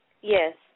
Yes